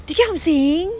did you know what I'm saying